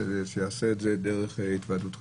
שיעשה את זה דרך התוועדות חזותית.